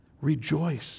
Rejoice